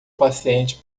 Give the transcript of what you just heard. paciente